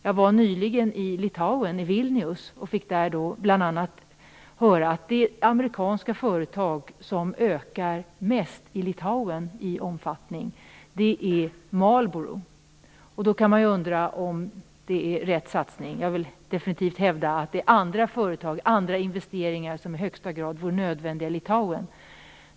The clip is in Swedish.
Jag var nyligen i Vilnius i Litauen och fick där bl.a. höra att det amerikanska företag som ökar mest i omfattning i Litauen är Marlboro. Man kan undra om det är rätt inriktning. Jag vill definitivt hävda att det är andra företag och typer av investeringar som behövs i Litauen.